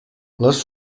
les